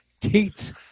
Tate